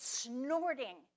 snorting